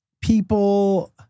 people